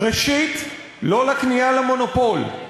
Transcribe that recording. ראשית, לא לכניעה למונופול.